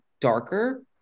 darker